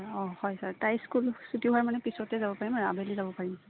অঁ হয় ছাৰ তাই স্কুল ছুট হোৱাৰ মানে পিছতে যাব পাৰিম আৰু আবেলি যাব পাৰিম